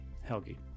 Helgi